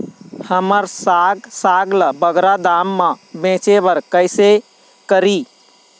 हमर साग साग ला बगरा दाम मा बेचे बर कइसे करी?